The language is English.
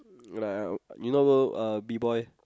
like uh you know those uh B-Boy